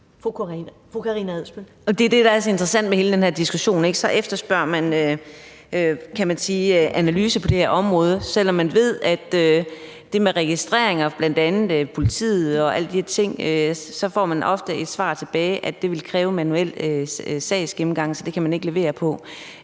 Det er det, der er så interessant ved hele den her diskussion. Man efterspørger en analyse på det her område, selv om man ved det med registrering af bl.a. politiet og alle de her ting ofte får et svar tilbage om, at det vil kræve en manuel sagsgennemgang, så det kan man ikke levere,